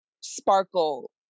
sparkle